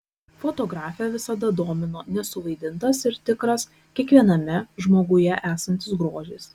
fotografę visada domino nesuvaidintas ir tikras kiekviename žmoguje esantis grožis